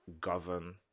govern